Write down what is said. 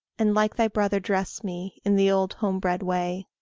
and like thy brother dress me, in the old home-bred way.